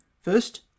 First